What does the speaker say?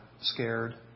scared